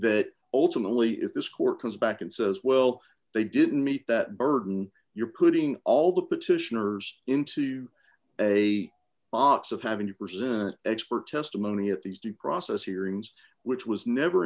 that ultimately if this court comes back and says well they didn't meet that burden you're putting all the petitioners into a box of having to present expert testimony at these due process hearings which was never